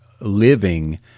living